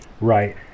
Right